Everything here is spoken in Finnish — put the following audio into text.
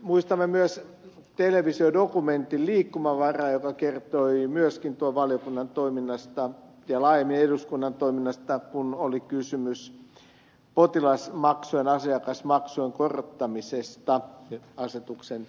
muistamme myös televisiodokumentin liikkumavara joka kertoi myöskin tuon valiokunnan toiminnasta ja laajemmin eduskunnan toiminnasta kun oli kysymys potilasmaksujen asiakasmaksujen korottamisesta asetuksenantovaltuudesta